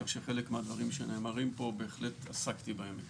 כך שחלק מהדברים שנאמרים פה, עסקתי בהם.